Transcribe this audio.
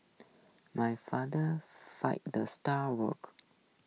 my father fired the star worker